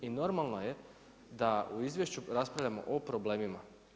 I normalno je da u izvješću raspravljamo o problemima.